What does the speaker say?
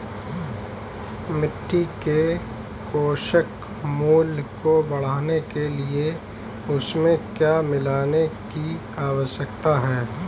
मिट्टी के पोषक मूल्य को बढ़ाने के लिए उसमें क्या मिलाने की आवश्यकता है?